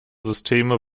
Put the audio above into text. systeme